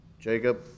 Jacob